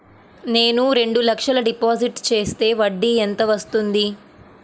నేను రెండు లక్షల డిపాజిట్ చేస్తే వడ్డీ ఎంత వస్తుంది?